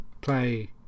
play